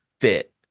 fit